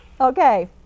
Okay